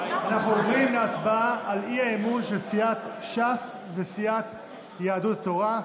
אנחנו עוברים להצבעה על האי-אמון של סיעת ש"ס וסיעת יהדות התורה.